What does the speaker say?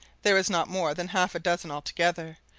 there were not more than half a dozen altogether,